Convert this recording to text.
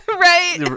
Right